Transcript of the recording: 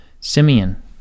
Simeon